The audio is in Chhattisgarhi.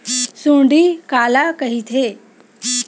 सुंडी काला कइथे?